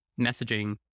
messaging